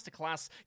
Masterclass